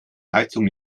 heizung